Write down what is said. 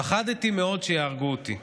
פחדתי מאוד שיהרגו אותי,